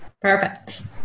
Perfect